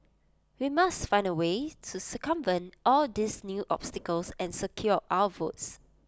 we must find A way to circumvent all these new obstacles and secure our votes